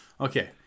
Okay